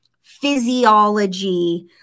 physiology